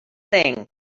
thing